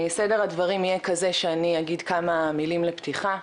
סדר הדברים יהיה כזה, שאני אגיד כמה מילים לפתיחה,